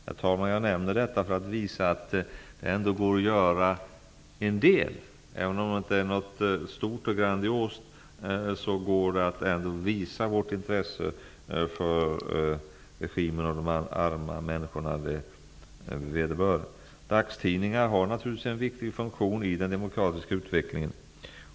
Jag nämner detta, herr talman, för att visa att det ändå går att göra en del; även om det inte är något stort och grandiost kan vi visa vårt intresse för regimerna och de arma människor som berörs. Dagstidningar har naturligtvis en viktig funktion i den demokratiska utvecklingen.